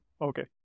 Okay